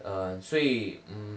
err 所以 mm